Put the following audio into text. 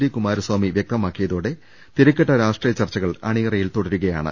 D Kumaraswamy വൃക്തമാക്കിയതോടെ തിരക്കിട്ട രാഷ്ട്രീയ ചർച്ചകൾ അണി യറയിൽ തുടരുകയാണ്